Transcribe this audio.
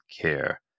care